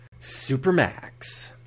Supermax